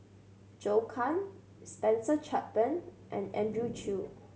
Zhou Can Spencer Chapman and Andrew Chew